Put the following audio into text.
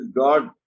god